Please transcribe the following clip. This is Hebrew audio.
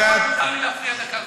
ב-15 דקות מותר לי להפריע דקה לפחות.